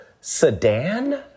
Sedan